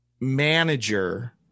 manager